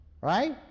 Right